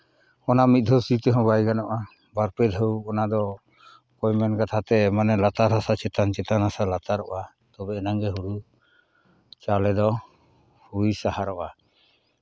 ᱚᱱᱟ ᱢᱤᱫ ᱫᱷᱟᱹᱣ ᱥᱤ ᱛᱮᱦᱚᱸ ᱵᱟᱭ ᱜᱟᱱᱚᱜᱼᱟ ᱵᱟᱨ ᱯᱮ ᱫᱷᱟᱣ ᱚᱱᱟᱫᱚ ᱚᱠᱚᱭ ᱢᱮᱱ ᱠᱟᱛᱷᱟ ᱛᱮ ᱢᱟᱱᱮ ᱞᱟᱛᱟᱨ ᱦᱟᱥᱟ ᱪᱮᱛᱟᱱ ᱪᱮᱛᱟᱱ ᱦᱟᱥᱟ ᱞᱟᱛᱟᱨᱚᱜᱼᱟ ᱛᱚᱵᱮ ᱟᱱᱟᱝ ᱜᱮ ᱦᱩᱲᱩ ᱪᱟᱣᱞᱮ ᱫᱚ ᱦᱩᱭ ᱥᱟᱦᱟᱨᱚᱜᱼᱟ